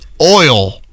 Oil